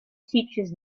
teaches